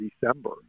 December